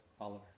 oliver